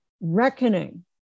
reckoning